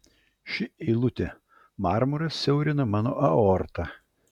ši eilutė marmuras siaurina mano aortą